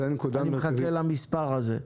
אני מחכה למספר הזה.